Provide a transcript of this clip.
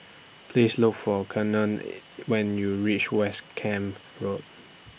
Please Look For Keaton when YOU REACH West Camp Road